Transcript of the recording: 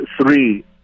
three